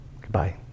Goodbye